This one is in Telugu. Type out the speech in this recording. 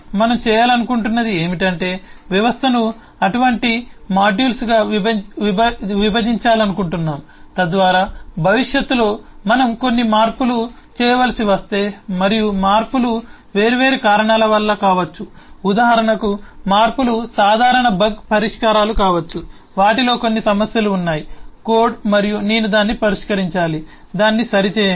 మనం చేయాలనుకుంటున్నది ఏమిటంటే వ్యవస్థను అటువంటి మాడ్యూల్స్గా విభజించాలనుకుంటున్నాము తద్వారా భవిష్యత్తులో మనం కొన్ని మార్పులు చేయవలసి వస్తే మరియు మార్పులు వేర్వేరు కారణాల వల్ల కావచ్చు ఉదాహరణకు మార్పులు సాధారణ బగ్ పరిష్కారాలు కావచ్చు వాటిలో కొన్ని సమస్యలు ఉన్నాయి కోడ్ మరియు నేను దాన్ని పరిష్కరించాలి దాన్ని సరిచేయండి